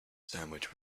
sandwich